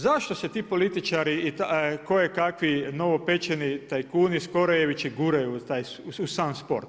Zašto se ti političari i kojekakvi novopečeni tajkuni skorojevići u sam sport?